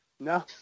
No